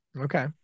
Okay